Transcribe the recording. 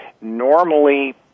normally